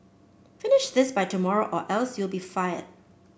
finish this by tomorrow or else you'll be fired